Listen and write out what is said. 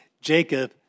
Jacob